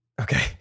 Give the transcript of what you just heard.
Okay